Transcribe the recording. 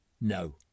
no